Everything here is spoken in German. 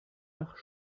nach